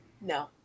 No